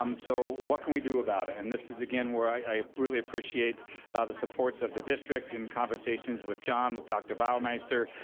um so what can we do about it? and this is again where i really appreciate the supports of the district and conversations with john, with dr. bauermeister,